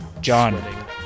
John